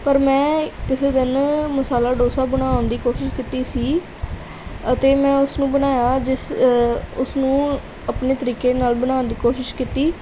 ਪਰ ਮੈਂ ਕਿਸੇ ਦਿਨ ਮਸਾਲਾ ਡੋਸਾ ਬਣਾਉਣ ਦੀ ਕੋਸ਼ਿਸ਼ ਕੀਤੀ ਸੀ ਅਤੇ ਮੈਂ ਉਸ ਨੂੰ ਬਣਾਇਆ ਜਿਸ ਉਸਨੂੰ ਆਪਣੇ ਤਰੀਕੇ ਨਾਲ ਬਣਾਉਣ ਦੀ ਕੋਸ਼ਿਸ਼ ਕੀਤੀ